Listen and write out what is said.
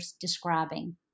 describing